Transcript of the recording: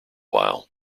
while